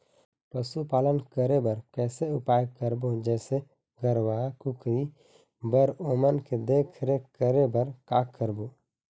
पशुपालन करें बर कैसे उपाय करबो, जैसे गरवा, कुकरी बर ओमन के देख देख रेख करें बर का करबो?